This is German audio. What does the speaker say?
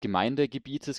gemeindegebietes